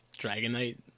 dragonite